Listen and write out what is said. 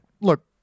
look